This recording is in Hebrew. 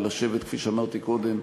ולשבת כפי שאמרתי קודם,